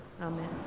Amen